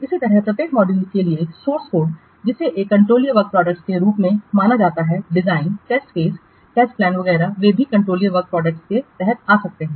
इसी प्रकार प्रत्येक मॉड्यूल के लिए सोर्स कोड जिसे एक कंट्रोलीय वर्क प्रोडक्टसों के रूप में भी माना जा सकता है design test cases test plan वगैरह वे भी कंट्रोलीय वर्क प्रोडक्टस के तहत आ रहे हैं